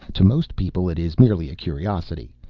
to most people it is merely a curiosity.